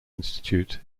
institute